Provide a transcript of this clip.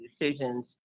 decisions